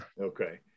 Okay